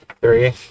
Three